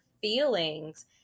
feelings